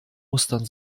mustern